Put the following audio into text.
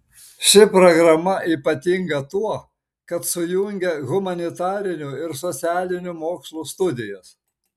ši programa ypatinga tuo kad sujungia humanitarinių ir socialinių mokslų studijas